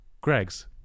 Greg's